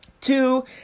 Two